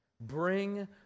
bring